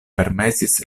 permesis